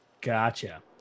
Gotcha